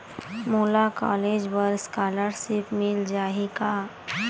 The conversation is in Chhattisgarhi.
मोला कॉलेज बर स्कालर्शिप मिल जाही का?